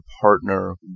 partner